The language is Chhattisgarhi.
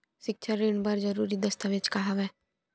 सिक्छा ऋण बर जरूरी दस्तावेज का हवय?